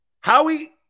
Howie